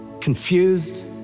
confused